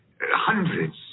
Hundreds